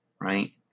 right